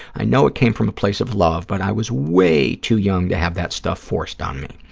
i know it came from a place of love, but i was way too young to have that stuff forced on me.